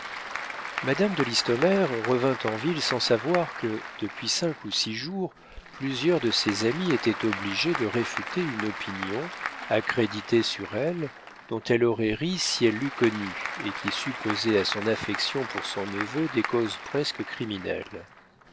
madame de listomère revint en ville sans savoir que depuis cinq ou six jours plusieurs de ses amis étaient obligés de réfuter une opinion accréditée sur elle dont elle aurait ri si elle l'eût connue et qui supposait à son affection pour son neveu des causes presque criminelles